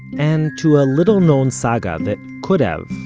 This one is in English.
and to a little-known saga that could have,